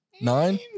Nine